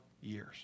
years